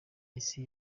isi